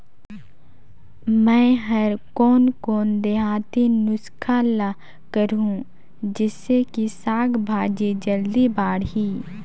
मै हर कोन कोन देहाती नुस्खा ल करहूं? जिसे कि साक भाजी जल्दी बाड़ही?